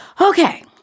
Okay